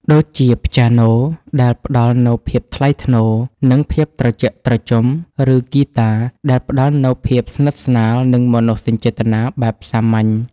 ដូចជាព្យាណូដែលផ្ដល់នូវភាពថ្លៃថ្នូរ និងភាពត្រជាក់ត្រជុំ ឬហ្គីតាដែលផ្ដល់នូវភាពស្និទ្ធស្នាល និងមនោសញ្ចេតនាបែបសាមញ្ញ។